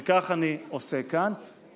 וכך אני עושה כאן,